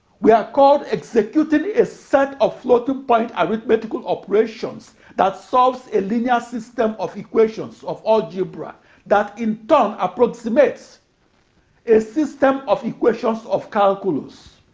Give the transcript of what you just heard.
were called executing a set of floating-point arithmetical operations that solves a linear system of equations of algebra that, in turn, approximates a system of equations of calculus.